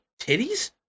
titties